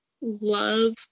love